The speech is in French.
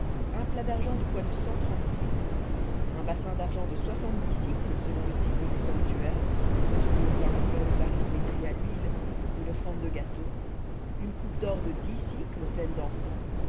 un plat d'argent du poids de cent trente un bassin d'argent de soixante-dix sicles selon le sicle du sanctuaire tous deux pleins de fleur de farine pétrie à l'huile pour une offrande de gâteau une coupe d'or de dix pleine d'encens